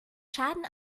schaden